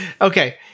Okay